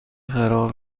خراب